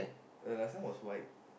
uh last time was white